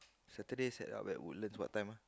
Saturday setup at Woodlands what time ah